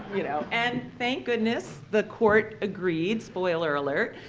you know, and thank goodness, the court agreed, spoiler alert,